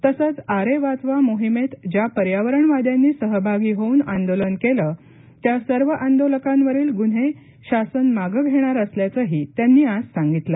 तसेच आरे वाचवा मोहिमेत ज्या पर्यावरणवाद्यांनी सहभागी होऊन आंदोलन केले त्या सर्व आंदोलकांवरील गुन्हे शासन मागे घेणार असल्याचेही त्यांनी आज सांगितले